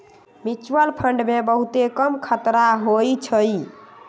mutual fund मे बहुते कम खतरा होइ छइ